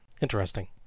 Interesting